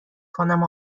کنم